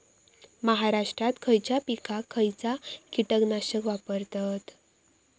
महाराष्ट्रात खयच्या पिकाक खयचा कीटकनाशक वापरतत?